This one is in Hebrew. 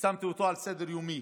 שמתי אותו על סדר-יומי